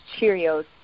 Cheerios